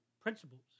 principles